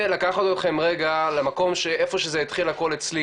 לקחת אתכם רגע למקום שאיפה שזה התחיל הכול אצלי,